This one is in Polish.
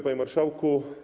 Panie Marszałku!